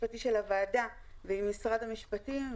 המשפטי של הוועדה ועם משרד המשפטים,